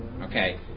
Okay